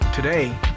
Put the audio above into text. Today